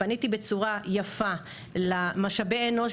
פניתי בצורה יפה למשאבי אנוש,